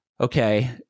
okay